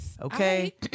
Okay